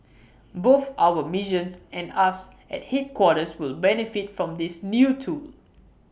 both our missions and us at headquarters will benefit from this new tool